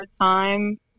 time